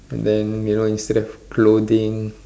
and then you know instead of clothing